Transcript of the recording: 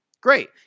great